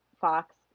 Fox